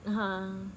(uh huh)